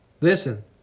Listen